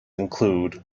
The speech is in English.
include